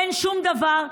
אין שום דבר,